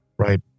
Right